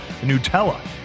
Nutella